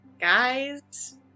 Guys